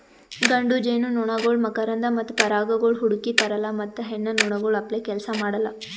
ಗಂಡು ಜೇನುನೊಣಗೊಳ್ ಮಕರಂದ ಮತ್ತ ಪರಾಗಗೊಳ್ ಹುಡುಕಿ ತರಲ್ಲಾ ಮತ್ತ ಹೆಣ್ಣ ನೊಣಗೊಳ್ ಅಪ್ಲೇ ಕೆಲಸ ಮಾಡಲ್